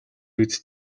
биз